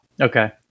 Okay